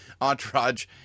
Entourage